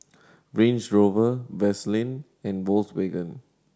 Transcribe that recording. Range Rover Vaseline and Volkswagen